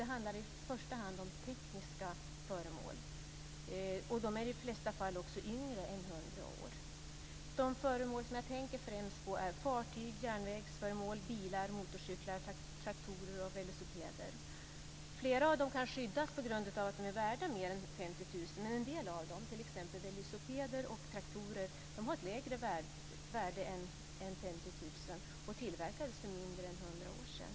Det handlar först och främst om tekniska föremål. De är i de flesta fall också yngre än 100 år. De föremål jag främst tänker på är fartyg, järnvägsföremål, bilar, motorcyklar, traktorer och velocipeder. Flera av dem kan skyddas på grund av att de är värda mer än 50 000 kr. Men en del av dem, t.ex. velocipeder och traktorer, har ett lägre värde än 50 000 kr och tillverkades för mindre än 100 år sedan.